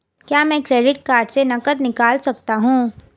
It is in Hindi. क्या मैं क्रेडिट कार्ड से नकद निकाल सकता हूँ?